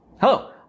Hello